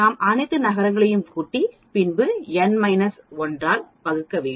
நாம் அனைத்து நகரங்களையும் கூட்டி பின்புn 1 ஆல் வகுக்க வேண்டும்